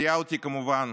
וזיהה אותי, כמובן,